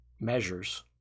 measures